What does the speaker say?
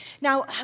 Now